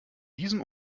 diesem